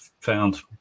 found